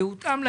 זה הותאם.